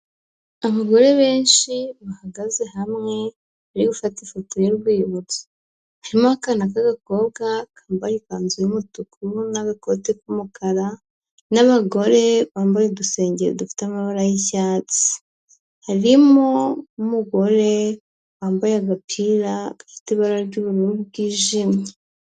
Abagore benshi bahagaze hamwe bari gufata ifoto y'urwibutso. Harimo akana k'agakobwa kambaye ikanzu y'umutuku n'agakoti k'umukara n'abagore bambaye udusengeri dufite amabara y'icyatsi. Harimo n'umugore wambaye agapira gafite ibara ry'ubururu bwijimye.